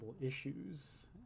issues